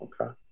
okay